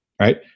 right